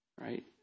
Right